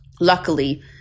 Luckily